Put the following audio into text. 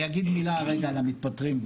אני אגיד מילה רגע על המתפטרים.